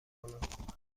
کنم